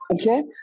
Okay